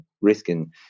risking